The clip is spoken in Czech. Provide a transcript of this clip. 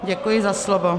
Děkuji za slovo.